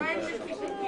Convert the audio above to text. כל הזמן הוא טוען לסיכומים.